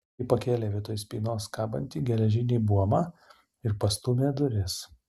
ji pakėlė vietoj spynos kabantį geležinį buomą ir pastūmė duris